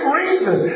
reason